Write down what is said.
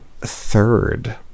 third